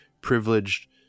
privileged